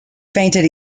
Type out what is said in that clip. fainted